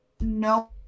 No